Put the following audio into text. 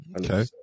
okay